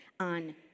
On